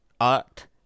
art